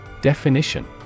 Definition